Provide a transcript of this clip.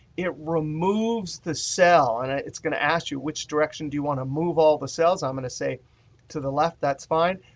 it removes the cell. and it's going to ask you which direction do you want to move all the cells. i'm going to say to the left, that's fine.